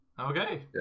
Okay